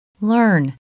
learn